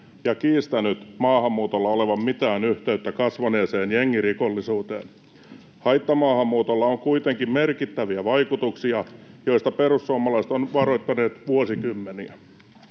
ja kiistänyt maahanmuutolla olevan mitään yhteyttä kasvaneeseen jengirikollisuuteen. Haittamaahanmuutolla on kuitenkin merkittäviä vaikutuksia, joista perussuomalaiset ovat varoittaneet vuosikymmeniä.